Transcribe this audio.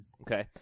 Okay